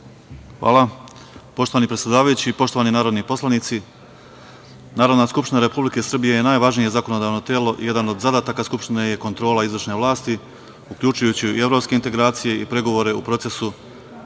Hvala, poštovani predsedavajući, poštovani narodni poslanici. Narodna skupština Republike Srbije je najvažnije zakonodavno telo, jedan od zadataka Narodne skupštine je kontrola izvršne vlasti, uključujući i evropske integracije i pregovore u procesu